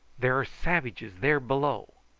there are savages there below.